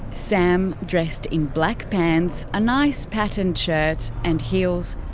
sam, dressed in black pants, a nice patterned shirt and heels,